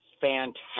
fantastic